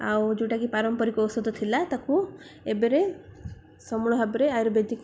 ଆଉ ଯେଉଁଟାକି ପାରମ୍ପରିକ ଔଷଧ ଥିଲା ତାକୁ ଏବେରେ ସମୂଳ ଭାବରେ ଆୟୁର୍ବେଦିକ